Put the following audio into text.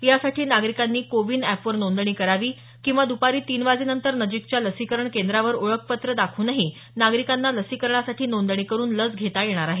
यासाठी नागरिकांनी कोविन अॅप वर नोंदणी करावी किंवा द्रपारी तीन वाजेनंतर नजिकच्या लसीकरण केंद्रावर ओळखपत्र दाखवूनही नागरीकांना लसीकरणासाठी नोंदणी करून लस घेता येणार आहे